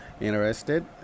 interested